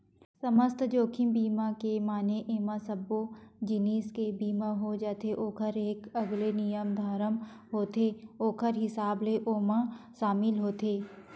समस्त जोखिम बीमा के माने एमा सब्बो जिनिस के बीमा हो जाथे ओखर एक अलगे नियम धरम होथे ओखर हिसाब ले ओमा सामिल होथे